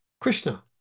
Krishna